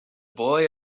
boy